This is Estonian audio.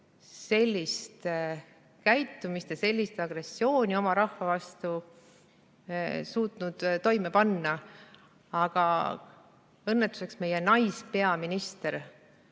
sellist käitumist ja sellist agressiooni oma rahva vastu suutnud toime panna. Aga õnnetuseks meie naispeaminister